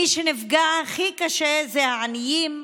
מי שנפגע הכי קשה זה העניים,